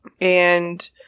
and-